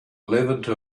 levanter